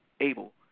able